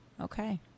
okay